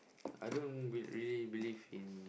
I don't be~ really believe in